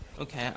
Okay